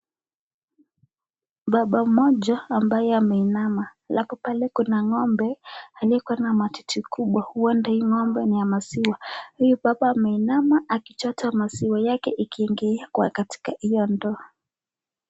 Baba mmoja ambaye ameinama halafu pale kuna ngombe aliyekuwa na matiti kubwa huenda hii ngombe ni ya maziwa huyu baba ameinama akichota maziwa yake ikiingilia katika hiyo ndoo.